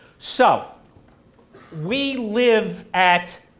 so we live at,